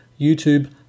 YouTube